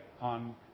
on